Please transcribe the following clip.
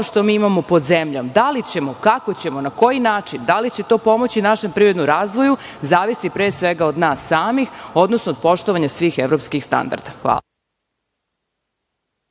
što mi imamo pod zemljom. Da li ćemo, kako ćemo, na koji način, da li će to pomoći našem privrednom razvoju zavisi pre svega od nas samih, odnosno od poštovanja svih evropskih standarda. Hvala.